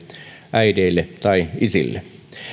äideille tai isille